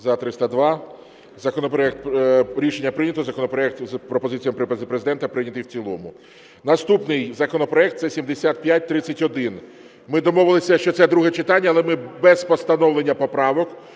За-302 Рішення прийнято. Законопроект з пропозиціями Президента прийнятий в цілому. Наступний законопроект – це 7531. Ми домовилися, що це друге читання, але ми без постановлення поправок.